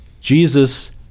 Jesus